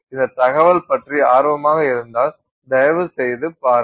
இந்த தகவல் பற்றி ஆர்வமாக இருந்தால் தயவுசெய்து பாருங்கள்